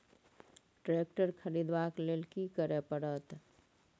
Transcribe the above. Tractor खरीदबाक लेल की करय परत?